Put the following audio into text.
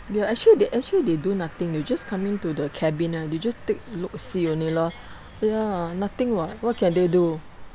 ya actually they actually they do nothing they just come in to the cabin ah they just take look-see only lor ya nothing [what] what can they do